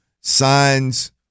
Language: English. signs